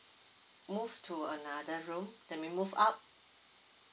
move to another room that mean move out